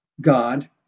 God